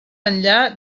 enllà